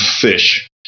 fish